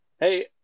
Hey